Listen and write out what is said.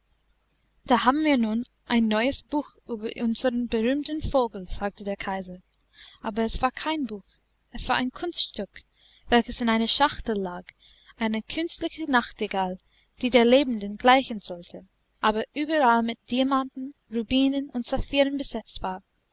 da haben wir nun ein neues buch über unsern berühmten vogel sagte der kaiser aber es war kein buch es war ein kunststück welches in einer schachtel lag eine künstliche nachtigall die der lebenden gleichen sollte aber überall mit diamanten rubinen und saphiren besetzt war